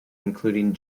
including